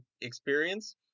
experience